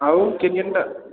ଆଉ କେନ୍ କେନ୍ଟା